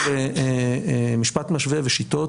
בנושא משפט משווה ושיטות,